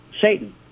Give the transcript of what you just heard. Satan